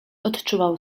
odczuwał